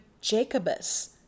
Jacobus